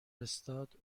میرستاد